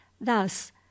Thus